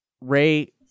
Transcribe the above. Ray